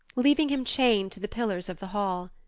leaving him chained to the pillars of the hall.